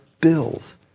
bills